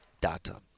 data